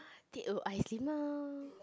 teh-o ice limau